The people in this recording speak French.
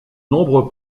nombreux